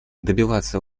добиваться